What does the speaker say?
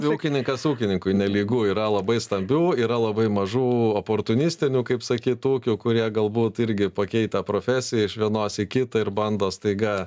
ūkininkas ūkininkui nelygu yra labai stambių yra labai mažų oportunistinių kaip sakyt ūkių kurie galbūt irgi pakeitę profesiją iš vienos į kitą ir bando staiga